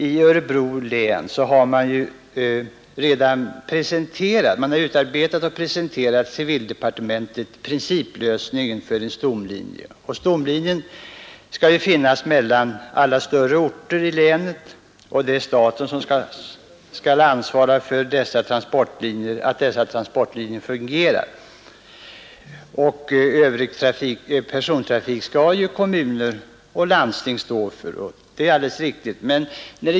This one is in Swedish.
I Örebro län har man redan utarbetat och presenterat civildepartementet principlösningen för en stomlinje. Stomlinjer skall ju finnas mellan alla större orter i länet. Staten skall ansvara för att dessa trafiklinjer fungerar, och övrig persontrafik skall kommuner och landsting stå för — det är alldeles riktigt.